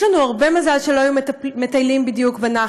יש לנו הרבה מזל שבדיוק לא היו הרבה מטיילים בנחל,